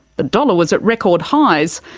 the dollar was at record highs,